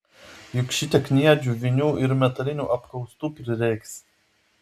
juk šitiek kniedžių vinių ir metalinių apkaustų prireiks